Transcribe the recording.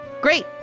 Great